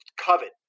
covet